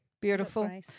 Beautiful